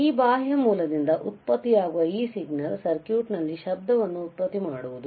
ಈ ಬಾಹ್ಯ ಮೂಲದಿಂದ ಉತ್ಪತ್ತಿಯಾಗುವ ಈ ಸಿಗ್ನಲ್ ಸರ್ಕ್ಯೂಟ್ನಲ್ಲಿ ಶಬ್ದವನ್ನು ಉತ್ಪತ್ತಿಮಾಡುವುದು